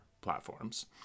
platforms